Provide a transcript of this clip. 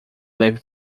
leve